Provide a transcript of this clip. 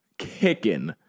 Kicking